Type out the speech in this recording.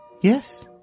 Yes